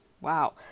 wow